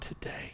today